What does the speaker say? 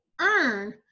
earn